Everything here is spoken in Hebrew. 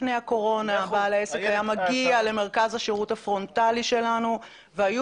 לפני הקורונה בעל העסק היה מגיע למרכז השירות הפרונטלי שלנו והיו